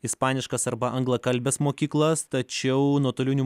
ispaniškas arba anglakalbes mokyklas tačiau nuotoliniu